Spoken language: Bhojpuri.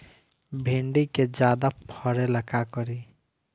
भिंडी के ज्यादा फरेला का करी?